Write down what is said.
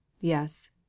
Yes